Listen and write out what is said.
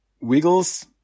wiggles